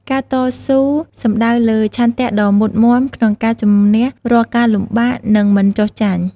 ការតស៊ូសំដៅលើ ឆន្ទៈដ៏មុតមាំក្នុងការជម្នះរាល់ការលំបាក និងមិនចុះចាញ់។